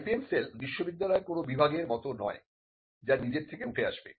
IPM cell বিশ্ববিদ্যালয়ের কোন বিভাগের মত নয় যা নিজের থেকে উঠে আসবে